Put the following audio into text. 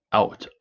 out